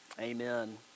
Amen